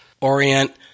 orient